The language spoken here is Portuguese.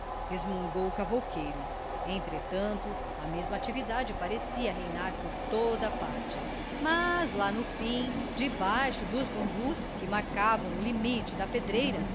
resmungou o cavouqueiro entretanto a mesma atividade parecia reinar por toda a parte mas lá no fim debaixo dos bambus que marcavam o limite da pedreira